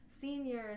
seniors